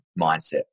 mindset